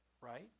Right